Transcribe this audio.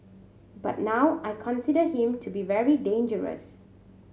but now I consider him to be very dangerous